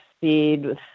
feed